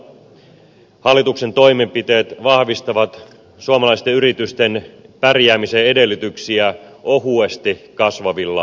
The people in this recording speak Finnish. aivan yhtä lailla hallituksen toimenpiteet vahvistavat suomalaisten yritysten pärjäämisen edellytyksiä ohuesti kasvavilla maailmanmarkkinoilla